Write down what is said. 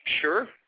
Sure